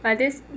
but this